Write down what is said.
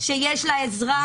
שיש לאזרח,